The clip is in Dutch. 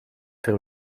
ter